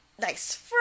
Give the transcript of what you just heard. nice